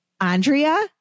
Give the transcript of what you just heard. Andrea